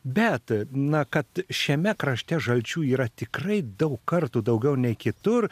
bet na kad šiame krašte žalčių yra tikrai daug kartų daugiau nei kitur